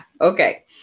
Okay